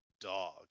dog